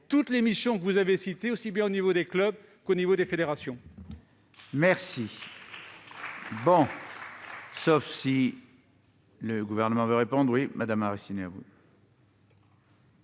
toutes les missions que vous avez citées, aussi bien au niveau des clubs qu'au niveau des fédérations.